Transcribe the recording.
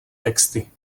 texty